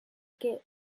que